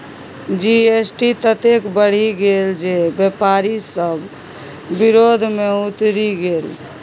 GST ततेक बढ़ि गेल जे बेपारी सभ विरोध मे उतरि गेल